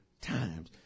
times